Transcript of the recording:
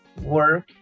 work